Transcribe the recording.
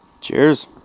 Cheers